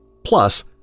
Plus